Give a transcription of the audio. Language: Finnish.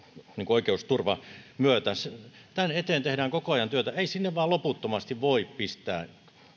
oikeusturvaan tämän eteen tehdään koko ajan työtä ei sinne vain loputtomasti voi pistää